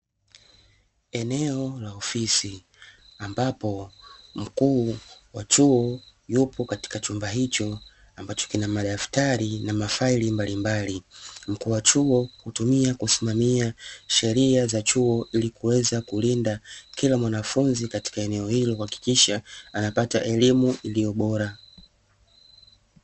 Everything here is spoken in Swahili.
Eneo la ofisi ambapo mkuu wa chuo yupo katika chumba hicho ambacho kina madaftari na mafaili mbalimbali. Mkuu wa chuo hutumika kusimamia sheria za chuo ili kuweza kumlinda kila mwanafunzi katika eneo hilo, kuhakikisha napata elimu iliyo bora.